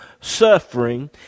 suffering